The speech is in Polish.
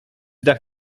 dach